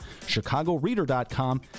chicagoreader.com